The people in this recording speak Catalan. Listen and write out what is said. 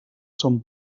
son